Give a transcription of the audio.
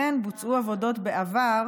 אכן בוצעו עבודות בעבר